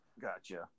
Gotcha